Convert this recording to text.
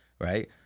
right